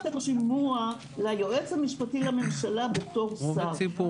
בטח גם להם יהיו שמונה ימים של חגיגות.